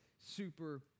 super